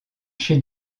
chef